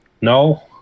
no